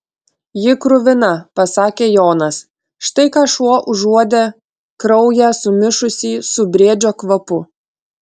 ji kruvina pasakė jonas štai ką šuo užuodė kraują sumišusį su briedžio kvapu